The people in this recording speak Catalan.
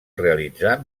realitzar